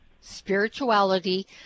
Spirituality